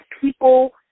people